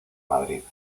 madrid